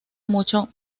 mucho